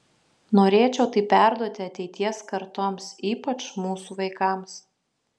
norėčiau tai perduoti ateities kartoms ypač mūsų vaikams